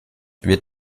wird